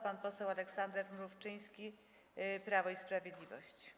Pan poseł Aleksander Mrówczyński, Prawo i Sprawiedliwość.